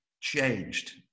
changed